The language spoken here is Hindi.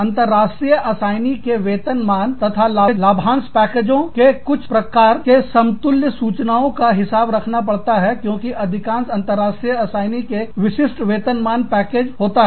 अंतरराष्ट्रीय असाइनी के वेतन मान तथा लाभांशों पैकजों के कुछ प्रकार के समतुल्य सूचनाओं का हिसाब रखना पड़ता है क्योंकि अधिकांश अंतरराष्ट्रीय असाइनी के विशिष्ट वेतन मान पैकेज होता है